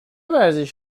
ورزش